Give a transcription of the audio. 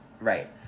Right